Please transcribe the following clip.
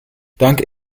dank